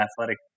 athletic